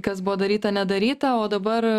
kas buvo daryta nedaryta o dabar